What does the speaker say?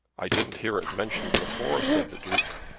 i didn't hear it mentioned before, said the duke.